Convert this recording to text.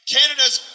Canada's